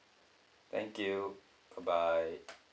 thank you good bye